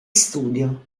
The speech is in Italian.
studio